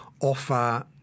offer